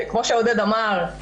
כמו שעודד אמר,